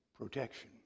protection